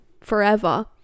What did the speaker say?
forever